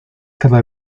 cada